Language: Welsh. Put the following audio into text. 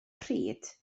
pryd